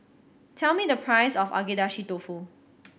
tell me the price of Agedashi Dofu